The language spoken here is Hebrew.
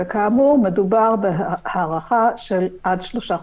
כאמור מדובר בהארכה של עד שלושה חודשים.